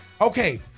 okay